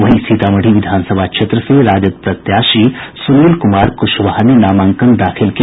वहीं सीतामढ़ी विधानसभा क्षेत्र से राजद प्रत्याशी सुनील कुमार कुशवाहा ने नामांकन दाखिल किया